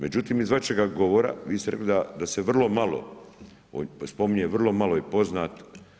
Međutim, iz vašega govora, vi ste rekli da se vrlo malo spominje i vrlo malo je poznat.